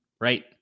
right